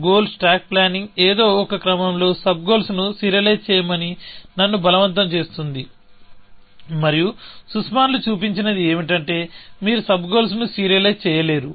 goal stack planning ఏదో ఒక క్రమంలో సబ్ గోల్స్ ను సీరియలైజ్ చేయమని నన్ను బలవంతం చేస్తోంది మరియు సుస్మాన్లు చూపించినది ఏమిటంటే మీరు సబ్ గోల్స్ ను సీరియలైజ్ చేయలేరు